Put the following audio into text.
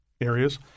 areas